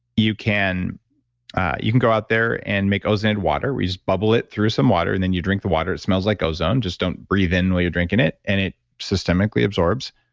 you can you can go out there and make ozonated water, where you just bubble it through some water and then you drink the water. it smells like ozone, just don't breathe in while you're drinking it, and it systemically absorbs.